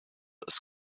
ist